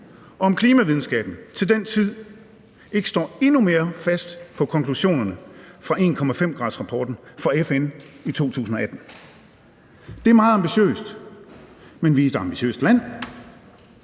mig, om klimavidenskaben til den tid ikke står endnu mere fast på konklusionerne fra 1,5-gradersrapporten fra FN fra 2018. Det er meget ambitiøst, men vi er et ambitiøst land.